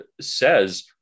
says